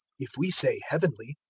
if we say heavenly,